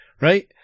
Right